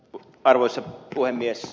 arvoisa puhemies